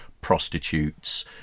prostitutes